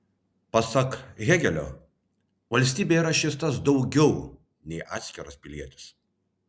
pasak hėgelio valstybė yra šis tas daugiau nei atskiras pilietis